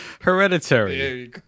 Hereditary